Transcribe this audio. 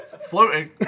Floating